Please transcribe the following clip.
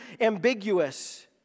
ambiguous